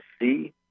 see